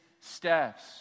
steps